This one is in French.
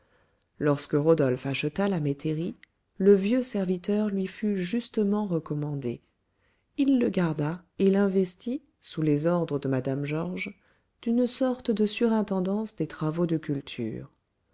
lorsque rodolphe acheta la métairie le vieux serviteur lui fut justement recommandé il le garda et l'investit sous les ordres de mme georges d'une sorte de surintendance des travaux de culture